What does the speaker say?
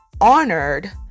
honored